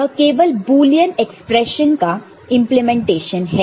यह केवल Boolean expression का इंप्लीमेंटेशन है